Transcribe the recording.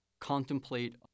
contemplate